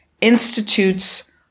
Institutes